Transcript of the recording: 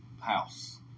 house